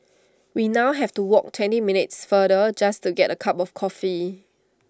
we now have to walk twenty minutes farther just to get A cup of coffee